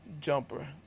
jumper